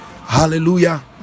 Hallelujah